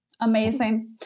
Amazing